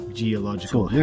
geological